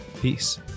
Peace